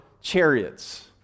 chariots